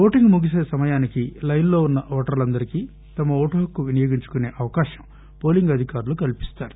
voting ముగిసే సమయానికి లైనులో ఉన్న ఓటర్లందరికీ తమ ఓటుహక్కు వినియోగించుకునే అవకాశం పోలింగ్ అధికారులు కల్సిస్తారు